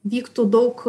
vyktų daug